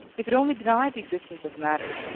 if it only deny the existence of matter,